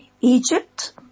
Egypt